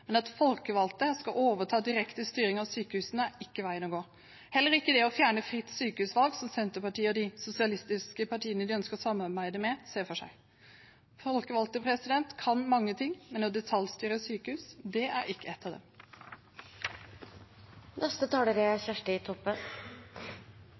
Men at folkevalgte skal overta den direkte styringen av sykehusene, er ikke veien å gå – heller ikke det å fjerne fritt sykehusvalg, som Senterpartiet og de sosialistiske partiene de ønsker å samarbeide med, ser for seg. Folkevalgte kan mange ting, men å detaljstyre et sykehus er ikke en av